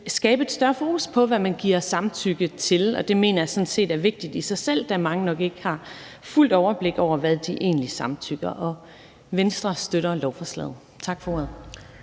skabe et større fokus på, hvad man giver samtykke til. Det mener jeg sådan set er vigtigt i sig selv, da mange nok ikke har fuldt overblik over, hvad de egentlig giver samtykke til. Venstre støtter lovforslaget. Tak for ordet.